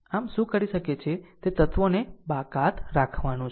આમ આમ શું કરી શકે છે તે આ તત્વોને બાકાત રાખવાનું છે